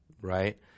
Right